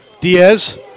Diaz